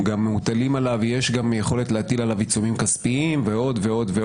יש יכולת להטיל עליו עיצומים כספיים ועוד ועוד,